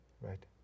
Right